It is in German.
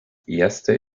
erste